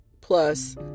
plus